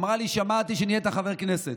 ואמרה לי: שמעתי שנהיית חבר כנסת,